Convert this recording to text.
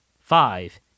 five